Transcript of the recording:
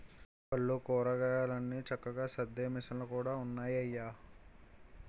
పళ్ళు, కూరగాయలన్ని చక్కగా సద్దే మిసన్లు కూడా ఉన్నాయయ్య